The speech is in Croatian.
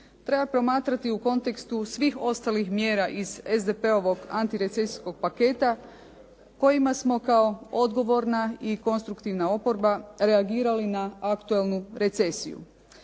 treba promatrati u kontekstu svih ostalih mjera iz SDP-ovo antirecesijskog paketa kojima smo kao odgovorna i konstruktivna oporba reagirali na aktuelnu recesiju.